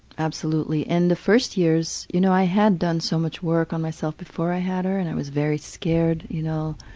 absolutely. and the first years, you know, i had done so much work on myself before i had her and i was very scared, you know,